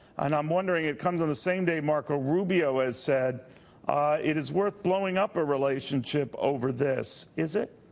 and i'm wondering, it comes on the same day marco rubio has said it is worth blowing up a relationship over this. is it?